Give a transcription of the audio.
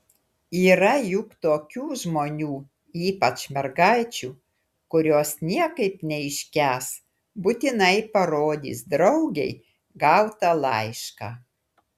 yra juk tokių žmonių ypač mergaičių kurios niekaip neiškęs būtinai parodys draugei gautą laišką